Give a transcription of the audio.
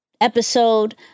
episode